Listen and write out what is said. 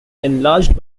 enlarged